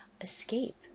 escape